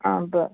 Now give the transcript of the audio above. आ बरें